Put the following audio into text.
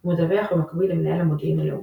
ומדווח במקביל למנהל המודיעין הלאומי.